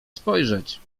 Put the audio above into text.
spojrzeć